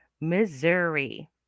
Missouri